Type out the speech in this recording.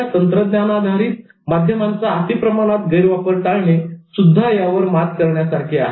या तंत्रज्ञानाधारित माध्यमांचा अति प्रमाणात गैरवापर टाळणे सुद्धा यावर मात करण्यासारखे आहे